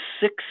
six